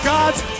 God's